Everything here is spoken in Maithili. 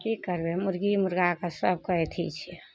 की करबय मुर्गी मुर्गाके सबके अथी छै